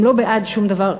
הם לא בעד שום דבר.